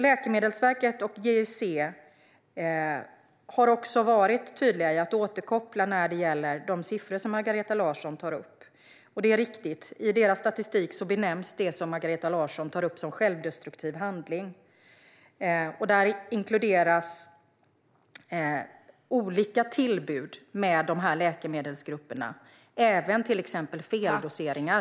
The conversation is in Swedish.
Läkemedelsverket och GIC har också varit tydliga i att återkoppla när det gäller de siffror som Margareta Larsson tar upp. Det är riktigt. I deras statistik benämns det som Margareta Larsson tar upp som självdestruktiv handling. Där inkluderas olika tillbud med läkemedelsgrupperna och även till exempel feldoseringar.